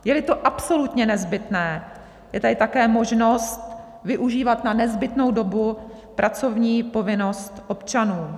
Jeli to absolutně nezbytné, je tady také možnost využívat na nezbytnou dobu pracovní povinnost občanů.